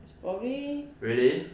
it's probably